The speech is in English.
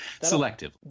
selectively